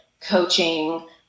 coaching